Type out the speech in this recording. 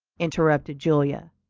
interrupted julia,